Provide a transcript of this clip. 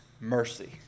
mercy